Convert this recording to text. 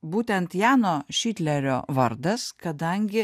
būtent jano šitlerio vardas kadangi